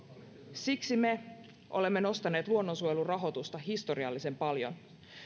siksi me olemme nostaneet luonnonsuojelun rahoitusta historiallisen paljon